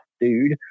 dude